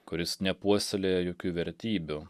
kuris nepuoselėja jokių vertybių